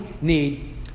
need